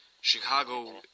Chicago